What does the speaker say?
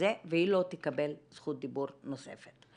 זכות דיבור נוספת.